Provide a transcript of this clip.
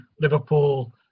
Liverpool